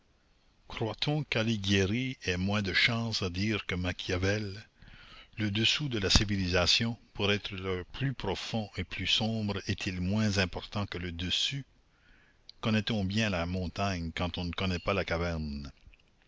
croit-on qu'alighieri ait moins de choses à dire que machiavel le dessous de la civilisation pour être plus profond et plus sombre est-il moins important que le dessus connaît-on bien la montagne quand on ne connaît pas la caverne